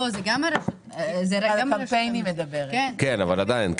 אני מדברת על הקמפיין.